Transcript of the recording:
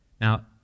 Now